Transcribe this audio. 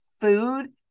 food